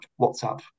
WhatsApp